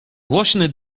głośny